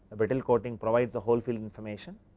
brittle coating provides a whole field information.